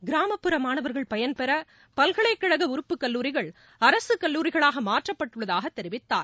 கிராமப்புற மாணவர்கள் பயன்பெற பல்கலைக்கழக உறுப்புக்கல்லூரிகள் அரசுக்கல்லூரிகளாக மாற்றப்பட்டுள்ளதாக தெரிவித்தார்